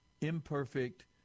imperfect